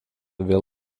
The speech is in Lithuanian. vėl